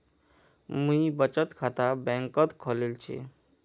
मुई बचत खाता बैंक़त खोलील छि